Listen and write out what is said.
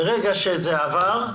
ברגע שזה עבר,